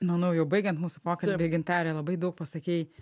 manau jau baigiant mūsų pokalbį gintare labai daug pasakei